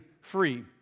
free